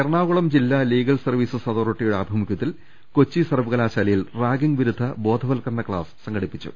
എറണാകുളം ജില്ലാ legal services അതോറിറ്റിയുടെ ആഭി മുഖ്യത്തിൽ കൊച്ചി സർവ്വകലാശാലയിൽ റാഗിങ്ങ് വിരുദ്ധ ബോധ വൽക്കരണ ക്സാസ് സംഘടിപ്പിച്ചു